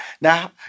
Now